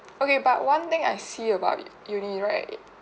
okay but one thing I see about uni right